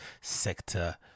sector